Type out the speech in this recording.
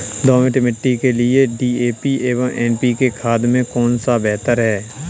दोमट मिट्टी के लिए डी.ए.पी एवं एन.पी.के खाद में कौन बेहतर है?